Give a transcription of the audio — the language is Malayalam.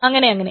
അങ്ങനെ അങ്ങനെ